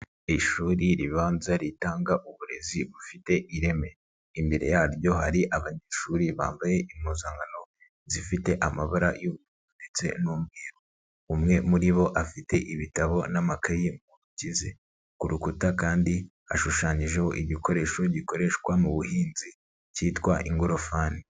Ishuri ribanza ritanga uburezi bufite ireme, imbere yaryo hari abanyeshuri bambaye impuzankano zifite amabara y'ubruru ndetse n'umweru, umwe muri bo afite ibitabo n'amakayi ahagaze ku rukuta kandi rushushanyijeho igikoresho gikoreshwa mu buhinzi cyitwa ingorofani.